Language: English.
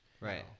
Right